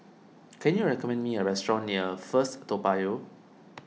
can you recommend me a restaurant near First Toa Payoh